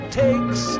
takes